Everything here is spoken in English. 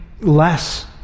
less